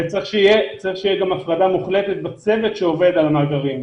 וצריך שתהיה גם הפרדה מוחלטת בצוות שעובד על המאגרים.